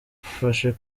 dufashe